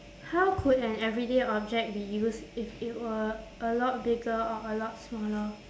how could an everyday object be used if it were a lot bigger or a lot smaller